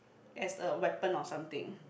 as the weapon or something